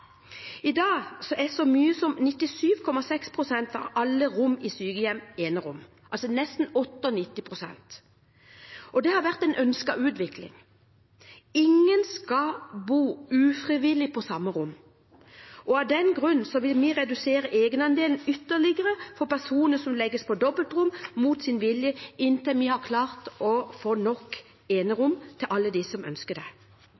I dag er så mye som 97,6 pst. av alle rom i sykehjem enerom – altså nesten 98 pst. Det har vært en ønsket utvikling. Ingen skal bo ufrivillig på samme rom, og av den grunn vil vi redusere egenandelen ytterligere for personer som legges på dobbeltrom mot sin vilje – inntil vi har klart å få nok